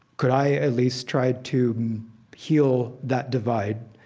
could i at least try to heal that divide?